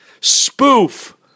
spoof